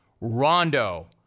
Rondo